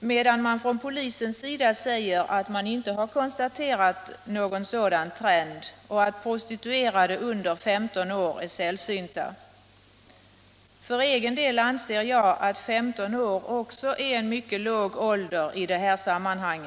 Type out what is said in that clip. medan polisen säger att man inte har konstaterat någon sådan trend och att prostituerade under 15 år är sällsynta. För egen del anser jag att 15 år också är en mycket låg ålder i detta sammanhang.